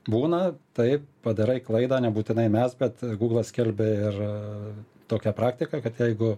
būna taip padarai klaidą nebūtinai mes kad gūglas skelbia ir tokią praktiką kad jeigu